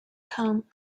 com